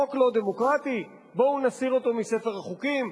חוק לא דמוקרטי, בואו נסיר אותו מספר החוקים.